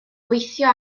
weithio